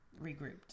regrouped